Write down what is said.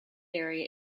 area